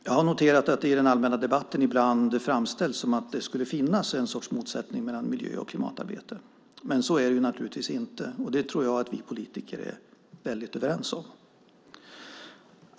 Jag har noterat att det i den allmänna debatten ibland framställs så att det skulle finnas en sorts motsättning mellan miljö och klimatarbete, men så är det naturligtvis inte. Det tror jag att vi politiker är väldigt överens om.